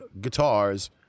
guitars